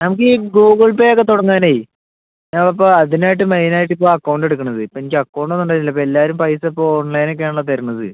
നമ്മൾക്ക് ഈ Google Pay ഒക്കെ തുടങ്ങാനെ ഞാൻ അപ്പം അതിന് ആയിട്ട് മെയിൻ ആയിട്ട് ഇപ്പം അക്കൗണ്ട് എടുക്കണത് ഇപ്പം എനിക്ക് അക്കൗണ്ട് ഒന്നും ഉണ്ടായിരിന്നില്ല എല്ലാവരും പൈസ ഇപ്പം ഓൺലൈൻ ഒക്കെ ആണല്ലോ തരണത്